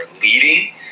leading